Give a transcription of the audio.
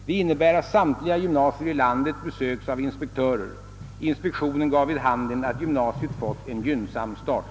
Det innebär att samtliga gymnasier i landet besökts av inspektör. Inspektionen gav vid handen att gymnasiet fått en gynnsam start.